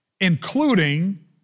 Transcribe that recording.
including